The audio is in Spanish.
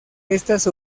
estas